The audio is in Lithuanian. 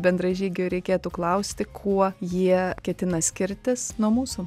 bendražygio ir reikėtų klausti kuo jie ketina skirtis nuo mūsų